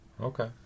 Okay